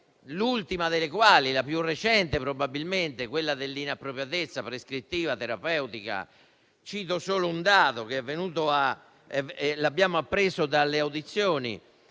l'ultima delle quali - la più recente, probabilmente - è l'inappropriatezza prescrittiva e terapeutica. Cito solo un dato, che abbiamo appreso dalle audizioni: